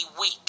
weak